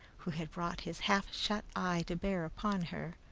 who had brought his half-shut eye to bear upon her,